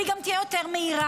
והיא גם תהיה יותר מהירה.